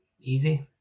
easy